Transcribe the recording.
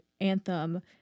anthem